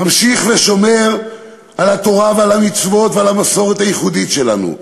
ממשיך ושומר על התורה ועל המצוות ועל המסורת הייחודית שלנו,